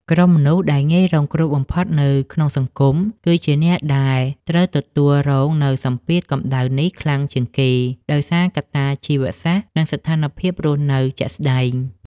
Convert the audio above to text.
ក្រុមមនុស្សដែលងាយរងគ្រោះបំផុតនៅក្នុងសង្គម គឺជាអ្នកដែលត្រូវទទួលរងនូវសម្ពាធកម្ដៅនេះខ្លាំងជាងគេ ដោយសារកត្តាជីវសាស្ត្រ និងស្ថានភាពរស់នៅជាក់ស្តែង។